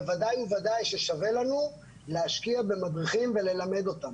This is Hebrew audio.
בוודאי ובוודאי ששווה לנו להשקיע במדריכים וללמד אותם.